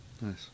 Nice